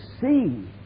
see